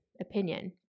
opinion